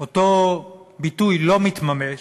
אותו ביטוי לא מתממש,